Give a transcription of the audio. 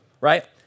right